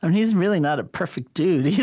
and he's really not a perfect dude,